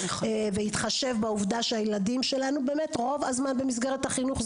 בהתחשב בעובדה שהילדים שלנו באמת רוב הזמן במסגרת החינוך,